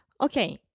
okay